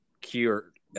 cured